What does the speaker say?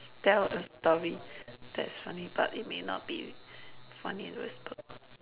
tell a story that is funny but it may not be funny in retrospect